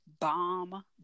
Bomb